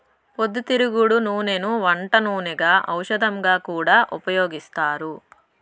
పొద్దుతిరుగుడు నూనెను వంట నూనెగా, ఔషధంగా కూడా ఉపయోగిత్తారు